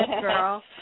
girl